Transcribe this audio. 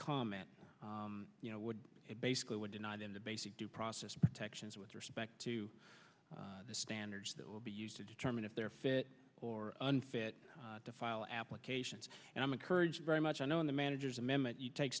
comment you know would basically would deny them the basic due process protections with respect to the standards that will be used to determine if they're fit or unfit to file applications and i'm encouraged very much i know in the manager's amendment you take